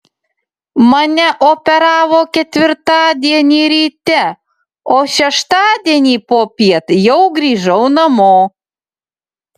mane operavo ketvirtadienį ryte o šeštadienį popiet jau grįžau namo